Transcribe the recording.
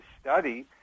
study